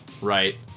Right